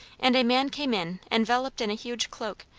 and a man came in enveloped in a huge cloak,